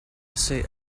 essay